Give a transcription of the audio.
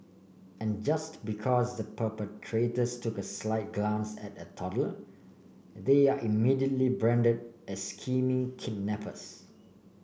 and just because the perpetrators took a slight glance at a toddler they are immediately branded as scheming kidnappers